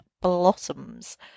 blossoms